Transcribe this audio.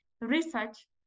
research